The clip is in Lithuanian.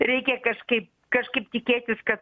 reikia kažkaip kažkaip tikėtis kad